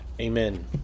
amen